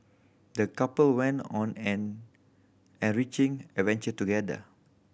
the couple went on an enriching adventure together